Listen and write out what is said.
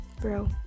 bro